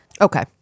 Okay